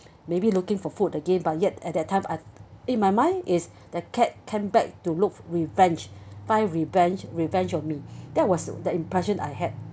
maybe looking for food again but yet at that time I in my mind is the cat came back to look revenge find revenge revenge on me that was the impression I had